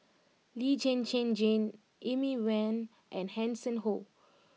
Lee Zhen Zhen Jane Amy Van and Hanson Ho